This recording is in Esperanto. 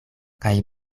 kaj